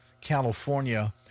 California